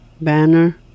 Banner